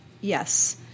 yes